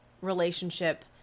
relationship